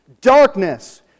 darkness